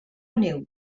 neu